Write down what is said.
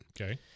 Okay